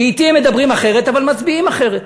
שאתי הם מדברים אחרת, אבל מצביעים אחרת.